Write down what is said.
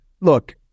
look